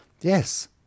yes